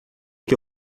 que